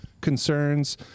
concerns